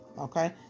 Okay